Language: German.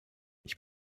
ich